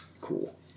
Cool